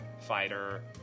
fighter